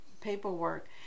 paperwork